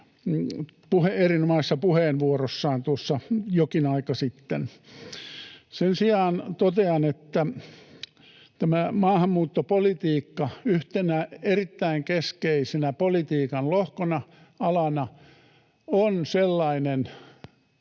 erinomaisessa puheenvuorossaan tuossa jokin aika sitten. Sen sijaan totean, että tämä maahanmuuttopolitiikka yhtenä erittäin keskeisenä politiikan lohkona, alana, on sellainen,